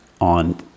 on